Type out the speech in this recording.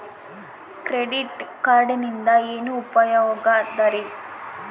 Credit ಕಾರ್ಡಿನಿಂದ ಏನು ಉಪಯೋಗದರಿ?